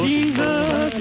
Jesus